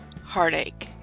heartache